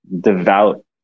devout